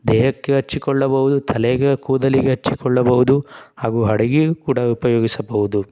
ದೇಹಕ್ಕೆ ಹಚ್ಚಿಕೊಳ್ಳಬಹುದು ತಲೆಗೆ ಕೂದಲಿಗೆ ಹಚ್ಚಿಕೊಳ್ಳಬಹುದು ಹಾಗೂ ಅಡಿಗೆಗೂ ಕೂಡ ಉಪಯೋಗಿಸಬಹುದು